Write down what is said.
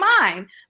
mind